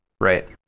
Right